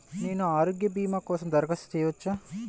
నేను ఆరోగ్య భీమా కోసం దరఖాస్తు చేయవచ్చా?